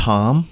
Tom